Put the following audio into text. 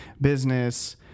business